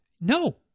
No